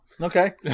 Okay